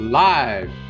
live